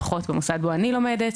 לפחות במוסד בו אני לומדת,